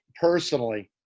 personally